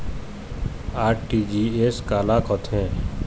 RTGS काला कथें?